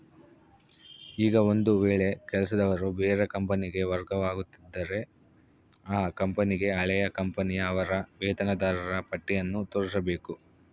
ಈಗ ಒಂದು ವೇಳೆ ಕೆಲಸದವರು ಬೇರೆ ಕಂಪನಿಗೆ ವರ್ಗವಾಗುತ್ತಿದ್ದರೆ ಆ ಕಂಪನಿಗೆ ಹಳೆಯ ಕಂಪನಿಯ ಅವರ ವೇತನದಾರರ ಪಟ್ಟಿಯನ್ನು ತೋರಿಸಬೇಕು